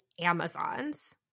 Amazon's